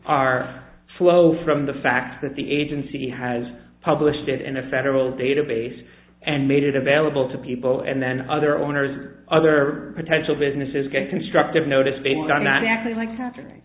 are flow from the fact that the agency has published it in a federal database and made it available to people and then other owners or other potential businesses get constructive notice based on not actually like cap